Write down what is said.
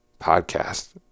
podcast